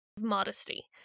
modesty